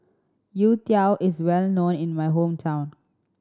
youtiao is well known in my hometown